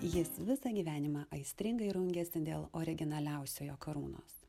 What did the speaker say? jis visą gyvenimą aistringai rungėsi dėl originaliausiojo karūnos